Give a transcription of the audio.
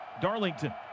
Darlington